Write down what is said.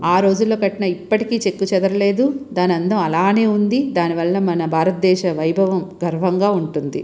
ఆ రోజులలో కట్టిన ఇప్పటికి చెక్కు చెదరలేదు దాని అందం అలాగే ఉంది దాని వాళ్ళ మన భారత దేశ వైభవం గర్వంగా ఉంటుంది